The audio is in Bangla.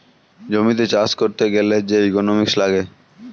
জমিতে চাষ করতে গ্যালে যে ইকোনোমিক্স লাগে